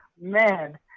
Man